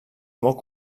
molt